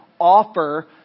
offer